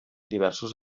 diversos